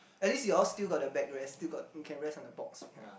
at least you all still got the backrest still got you can rest on the box behind